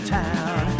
town